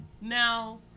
Now